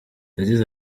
yagize